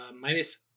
Minus